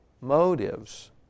motives